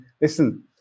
listen